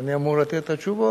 ואני אמור לתת את התשובות,